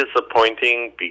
disappointing